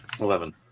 Eleven